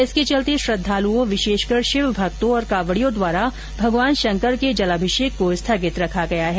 जिसके चलते श्रद्धालुओं विशेषकर शिव भक्तों और कावड़ियों द्वारा भगवान शंकर के जलाभिषेक को स्थगित रखा गया है